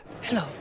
Hello